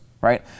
right